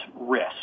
risk